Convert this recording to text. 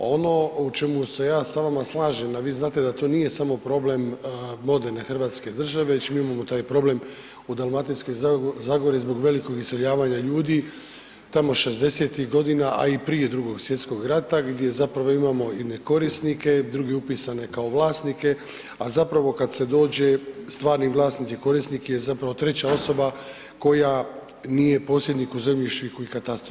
Ono u čemu se ja sa vama slažem a vi znate da to nije samo problem moderne Hrvatske države već mi imamo taj problem u Dalmatinskoj zagori zbog velikog iseljavanja ljudi tamo '60.-tih godina a i prije Drugog svjetskog rata gdje zapravo imamo ne korisnike, druge upisane kao vlasnike a zapravo kada se dođe stvarni vlasnik, korisnik je zapravo treća osoba koja nije posjednik u zemljišniku i katastru.